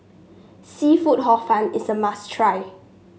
seafood Hor Fun is a must try